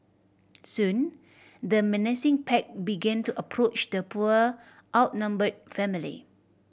soon the menacing pack began to approach the poor outnumbered family